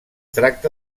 tracta